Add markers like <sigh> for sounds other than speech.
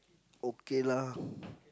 okay lah <breath>